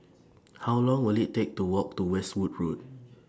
How Long Will IT Take to Walk to Westwood Road